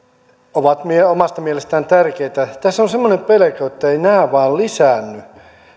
ovat omasta mielestään tärkeitä tässä on semmoinen pelko etteivät nämä vaan lisäänny